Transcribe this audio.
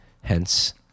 hence